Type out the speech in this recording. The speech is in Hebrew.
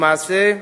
למעשה,